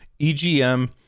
EGM-